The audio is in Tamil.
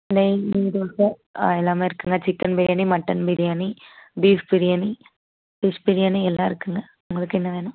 நெய் தோசை ஆ எல்லாமே இருக்குதுங்க chicken biryani mutton biryani beef biryani fish biryani எல்லாமே இருக்குதுங்க உங்களுக்கு என்ன வேணும்